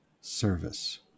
service